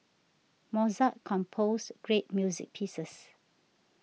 Mozart composed great music pieces